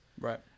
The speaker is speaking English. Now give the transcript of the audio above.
Right